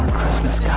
christmas,